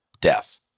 death